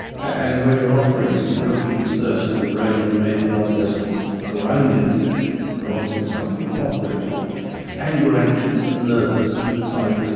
and when you are operating and looking at the surface of the brain or the major blood vessels around it which are often something you operate on and you are anxious and nervous, and it's like,